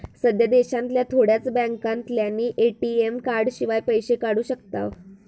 सध्या देशांतल्या थोड्याच बॅन्कांतल्यानी ए.टी.एम कार्डशिवाय पैशे काढू शकताव